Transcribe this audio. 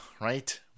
right